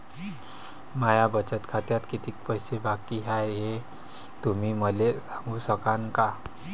माया बचत खात्यात कितीक पैसे बाकी हाय, हे तुम्ही मले सांगू सकानं का?